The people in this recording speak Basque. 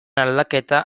aldaketa